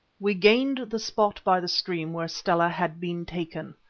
we gained the spot by the stream where stella had been taken.